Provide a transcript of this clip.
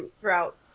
throughout